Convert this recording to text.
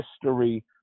history